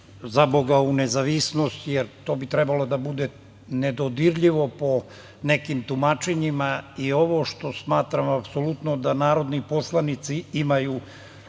zaboga, u nezavisnost jer to bi trebalo da bude nedodirljivo po nekim tumačenjima i ovo što smatram apsolutno da narodni poslanici imaju